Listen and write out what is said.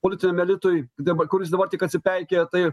politiniam elitui dabar kuris dabar tik atsipeikėja tai